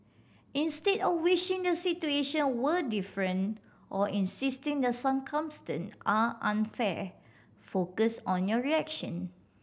instead of wishing the situation were different or insisting the circumstance are unfair focus on your reaction